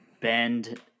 bend